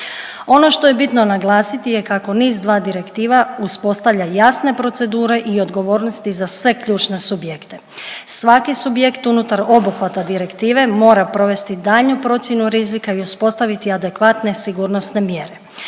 Ono što je bitno naglasiti je kako NIS2 Direktiva uspostavlja jasne procedure i odgovornosti za sve ključne subjekte. Svaki subjekt unutar obuhvata direktive mora provesti daljnju procjenu rizika i uspostaviti adekvatne sigurnosne mjere.